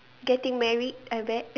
getting married I bet